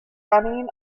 running